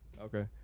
Okay